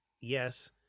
yes